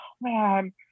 man